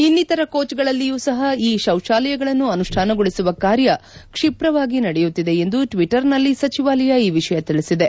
ಇನ್ನಿಶರ ಕೋಚ್ಗಳಲ್ಲಿಯೂ ಸಹ ಈ ಶೌಚಾಲಯಗಳನ್ನು ಅನುಷ್ಠಾನಗೊಳಿಸುವ ಕಾರ್ಯ ಕ್ಷಿಪ್ರವಾಗಿ ನಡೆಯುತ್ತಿದೆ ಎಂದು ಟ್ವಿಟರ್ನಲ್ಲಿ ಸಚಿವಾಲಯ ಈ ವಿಷಯ ತಿಳಿಸಿದೆ